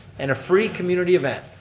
and a free community event.